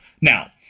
Now